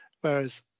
Whereas